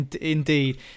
indeed